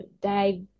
die